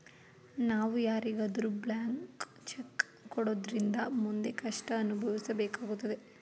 ನಾವು ಯಾರಿಗಾದರೂ blank cheque ಕೊಡೋದ್ರಿಂದ ಮುಂದೆ ಕಷ್ಟ ಅನುಭವಿಸಬೇಕಾಗುತ್ತದೆ